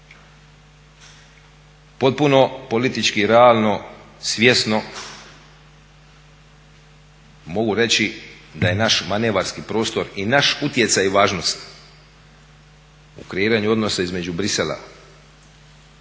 Potpuno politički realno, svjesno mogu reći da je naš manevarski prostor i naš utjecaj i važnost u kreiranju odnosa između Bruxellesa